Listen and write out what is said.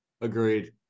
Agreed